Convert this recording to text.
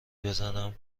بزنم